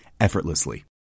effortlessly